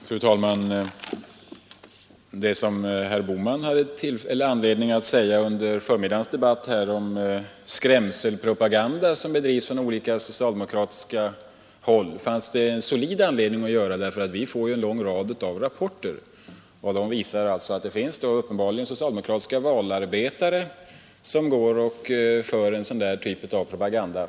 Fru talman! Vad herr Bohman sade under förmiddagens debatt rörande den skrämselpropaganda som bedrivs från socialdemokratiskt håll fanns det solid anledning att diskutera. Vi får nämligen in en mängd rapporter, som visar att det uppenbarligen finns socialdemokratiska valarbetare som driver en helt felaktig propaganda.